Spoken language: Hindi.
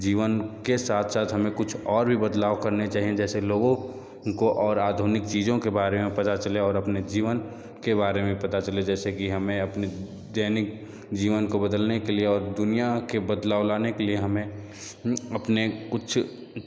जीवन के साथ साथ हमें और भी कुछ बदलाव करने चाहिए जैसे लोगों को और आधुनिक चीज़ों के बारे में पता चले और अपने जीवन के बारे में पता चले जैसे कि हमें अपने दैनिक जीवन को बदलने के लिए और दुनिया के बदलाव लाने के लिए हमें अपने कुछ